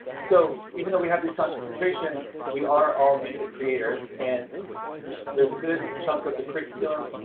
so even though we have these concentrations, we are all music creators and there's a good chunk of the curriculum,